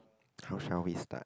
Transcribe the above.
how shall we start